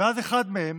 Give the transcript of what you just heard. ואז אחד מהם